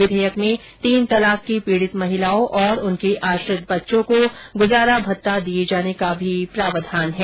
विधेयक में तीन तलाक की पीडित महिलाओं और उनके आश्रित बच्चों को गुजारा भत्ता दिए जाने का भी प्रावधान है